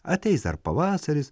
ateis dar pavasaris